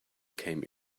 came